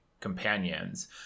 companions